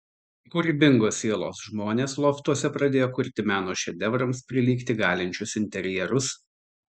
kūrybingos sielos žmonės loftuose pradėjo kurti meno šedevrams prilygti galinčius interjerus